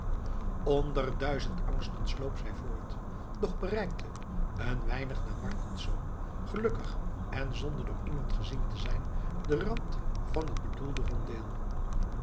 duizend angsten sloop zij voort doch bereikte een weinig na martensz gelukkig en zonder door iemand gezien te zijn den rand van het bedoelde rondeel